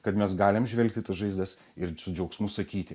kad mes galim žvelgt į tas žaizdas ir su džiaugsmu sakyti